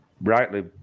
rightly